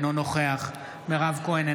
אינו נוכח מירב כהן,